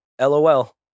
LOL